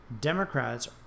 Democrats